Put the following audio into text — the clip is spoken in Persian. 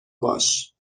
باش